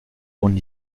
und